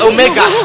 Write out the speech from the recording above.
Omega